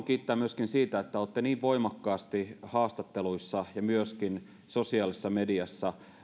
kiittää myöskin siitä että olette niin voimakkaasti haastatteluissa ja myöskin sosiaalisessa mediassa